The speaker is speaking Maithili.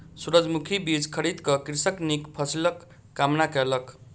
सूरजमुखी बीज खरीद क कृषक नीक फसिलक कामना कयलक